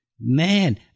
Man